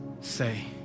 say